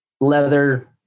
leather